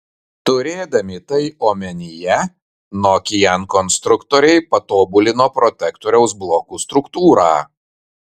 turėdami tai omenyje nokian konstruktoriai patobulino protektoriaus blokų struktūrą